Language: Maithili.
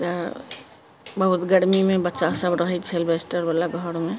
बहुत गर्मीमे बच्चा सभ रहै छै एल्बेस्टरवला घरमे